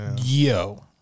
Yo